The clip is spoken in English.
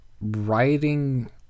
writing